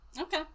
Okay